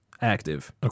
active